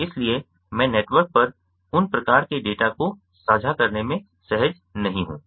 इसलिए मैं नेटवर्क पर उन प्रकार के डेटा को साझा करने में सहज नहीं हूं